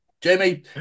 Jamie